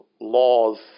laws